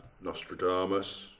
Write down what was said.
Nostradamus